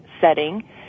setting